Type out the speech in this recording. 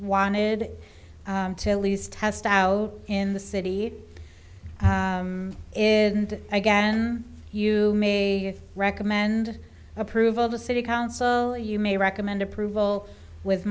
wanted to lease test out in the city is and again you may recommend approval of the city council you may recommend approval with